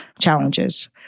challenges